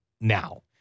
now